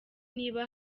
niba